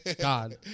God